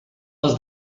les